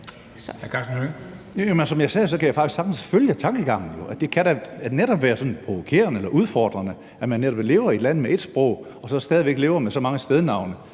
Som jeg sagde, kan jeg faktisk sagtens følge tankegangen, altså at det netop kan være provokerende eller udfordrende, at man lever i et land med sit eget sprog, men stadig væk lever med så mange stednavne,